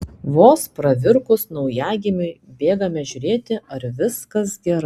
vos pravirkus naujagimiui bėgame žiūrėti ar viskas gerai